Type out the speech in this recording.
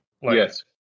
Yes